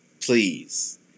please